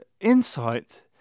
insight